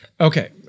Okay